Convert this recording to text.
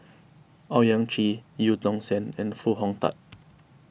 Owyang Chi Eu Tong Sen and Foo Hong Tatt